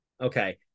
okay